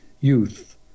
youth